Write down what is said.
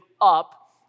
up